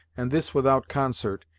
and this without concert,